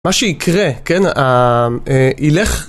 מה שיקרה, כן, אה... אה... יילך.